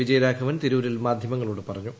വിജയരാഘവൻ തിരൂരിൽ മാധ്യമങ്ങളോട് പറഞ്ഞു